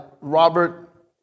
Robert